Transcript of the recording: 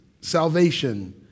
salvation